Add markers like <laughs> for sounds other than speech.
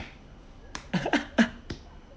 <laughs>